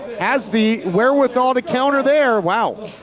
has the, wherewithal to counter there, wow.